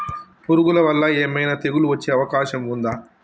పురుగుల వల్ల ఏమైనా తెగులు వచ్చే అవకాశం ఉందా?